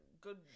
good